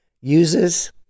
uses